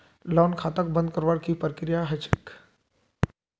loan खाताक बंद करवार की प्रकिया ह छेक